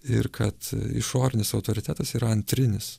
ir kad išorinis autoritetas yra antrinis